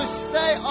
stay